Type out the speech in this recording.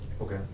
Okay